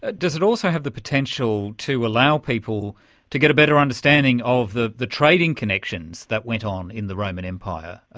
ah does it also have the potential to allow people to get a better understanding of the the trading connections that went on in the roman empire,